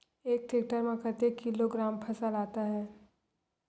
एक टेक्टर में कतेक किलोग्राम फसल आता है?